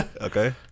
Okay